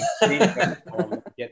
Get